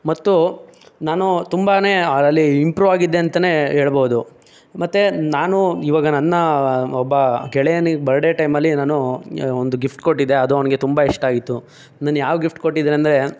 ಮತ್ತು ನಾನು ತುಂಬನೇ ಅದರಲ್ಲಿ ಇಂಪ್ರೂವ್ ಆಗಿದ್ದೆ ಅಂತಲೇ ಹೇಳ್ಬಹುದು ಮತ್ತೆ ನಾನು ಈವಾಗ ನನ್ನ ಒಬ್ಬ ಗೆಳೆಯನಿಗೆ ಬರ್ಡೆ ಟೈಮಲ್ಲಿ ನಾನು ಒಂದು ಗಿಫ್ಟ್ ಕೊಟ್ಟಿದ್ದೆ ಅದು ಅವ್ನಿಗೆ ತುಂಬ ಇಷ್ಟ ಆಗಿತ್ತು ನಾನು ಯಾವ ಗಿಫ್ಟ್ ಕೊಟ್ಟಿದೀನಂದ್ರೆ